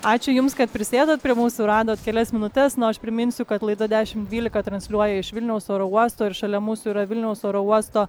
ačiū jums kad prisėdot prie mūsų radot kelias minutes na o aš priminsiu kad laida dešim dvylika transliuoja iš vilniaus oro uosto ir šalia mūsų yra vilniaus oro uosto